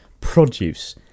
produce